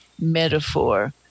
metaphor